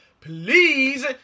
please